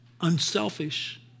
unselfish